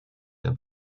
der